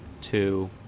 two